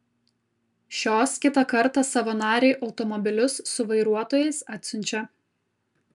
šios kitą kartą savo narei automobilius su vairuotojais atsiunčia